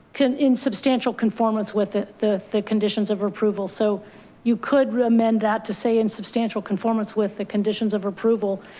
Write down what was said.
in substantial conformance with ah the the conditions of approval. so you could recommend that to say in substantial conformance with the conditions of approval,